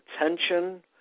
attention